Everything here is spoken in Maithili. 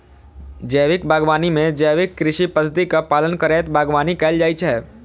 जैविक बागवानी मे जैविक कृषि पद्धतिक पालन करैत बागवानी कैल जाइ छै